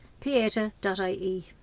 pieta.ie